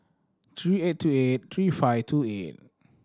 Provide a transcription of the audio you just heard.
three eight two eight three five two eight